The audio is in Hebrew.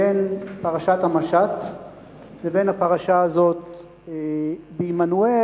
בין פרשת המשט לבין הפרשה הזאת בעמנואל,